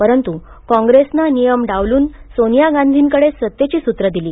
परंतु काँग्रेसने नियम डावलून सोनिया गाधींकडे सत्तेची सुत्रे दिली